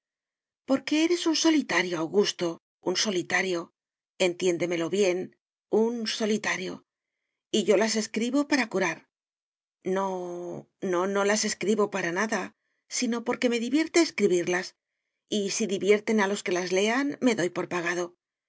porque eres un solitario augusto un solitario entiéndemelo bien un solitario y yo las escribo para curar no no no las escribo para nada sino porque me divierte escribirlas y si divierten a los que las lean me doy por pagado